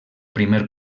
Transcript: primer